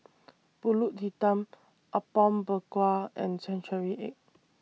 Pulut Hitam Apom Berkuah and Century Egg